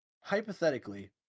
hypothetically